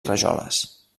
rajoles